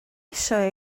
eisiau